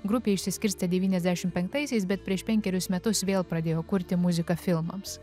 grupė išsiskirstė devyniasdešim penktaisiais bet prieš penkerius metus vėl pradėjo kurti muziką filmams